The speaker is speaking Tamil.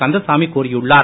கந்தசாமி கூறியுள்ளார்